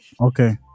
Okay